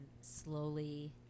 slowly